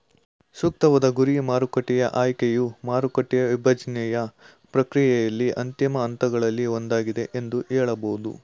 ಸೂಕ್ತವಾದ ಗುರಿ ಮಾರುಕಟ್ಟೆಯ ಆಯ್ಕೆಯು ಮಾರುಕಟ್ಟೆಯ ವಿಭಜ್ನೆಯ ಪ್ರಕ್ರಿಯೆಯಲ್ಲಿ ಅಂತಿಮ ಹಂತಗಳಲ್ಲಿ ಒಂದಾಗಿದೆ ಎಂದು ಹೇಳಬಹುದು